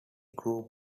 group